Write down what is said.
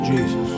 Jesus